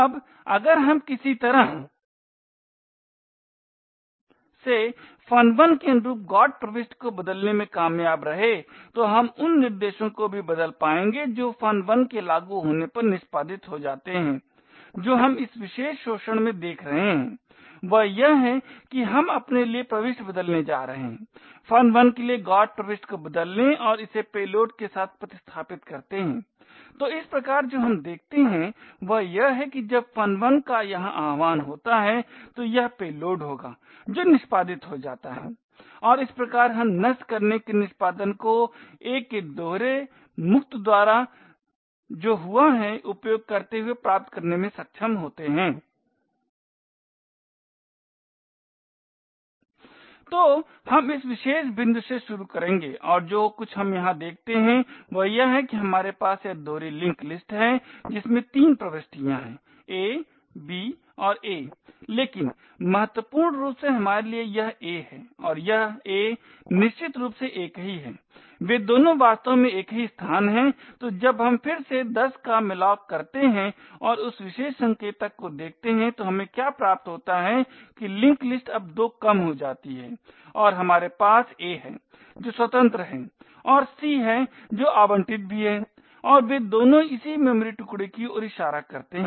अब अगर हम किसी तरह से fun1 के अनुरूप GOT प्रविष्टि को बदलने में कामयाब रहे तो हम उन निर्देशों को भी बदल पाएंगे जो fun1 के लागू होने पर निष्पादित हो जाते हैं जो हम इस विशेष शोषण में देख रहे हैं वह यह है कि हम अपने लिए प्रविष्टि बदलने जा रहे हैं fun1 के लिए GOT प्रविष्टि को बदलने और इसे पेलोड के साथ प्रतिस्थापित करते है तो इस प्रकार जो हम देखते हैं वह यह है कि जब fun1 का यहां आह्वान होता है तो यह पेलोड होगा जो निष्पादित हो जाता है और इस प्रकार हम नष्ट करने के निष्पादन को a के दोहरे मुक्त द्वारा जो हुआ है उपयोग करते हुए प्राप्त करने में सक्षम होते हैं तो हम इस विशेष बिंदु से शुरू करेंगे और जो कुछ हम यहां देखते हैं वह यह है कि हमारे पास यह दोहरी लिंक लिस्ट है जिसमें 3 प्रविष्टियां हैं a b और a लेकिन महत्वपूर्ण रूप से हमारे लिए यह a है और यह a निश्चित रूप से एक ही है वे दोनों वास्तव में एक ही स्थान हैं तो जब हम फिर से 10 का malloc करते हैं और उस विशेष संकेतक को देखते हैं तो हमें क्या प्राप्त होता है कि लिंक लिस्ट अब 2 कम हो जाती है और हमारे पास a है जो स्वतंत्र है और सी है जो आवंटित भी है और वे दोनों इसी मेमोरी टुकडे की ओर इशारा करते हैं